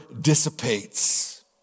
dissipates